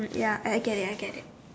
ya I get it I get it